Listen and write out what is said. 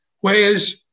Whereas